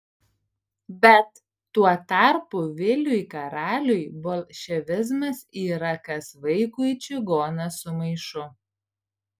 bet tuo tarpu viliui karaliui bolševizmas yra kas vaikui čigonas su maišu